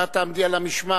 ואת תעמדי על המשמר,